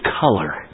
color